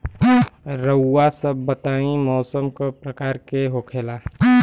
रउआ सभ बताई मौसम क प्रकार के होखेला?